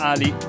Ali